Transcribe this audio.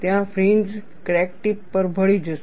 ત્યાં fringes crack tip પર ભળી જશે